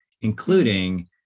including